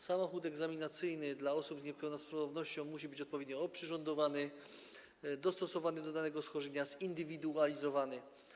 Samochód egzaminacyjny dla osób z niepełnosprawnością musi być odpowiednio oprzyrządowany, dostosowany do danego schorzenia, zindywidualizowany.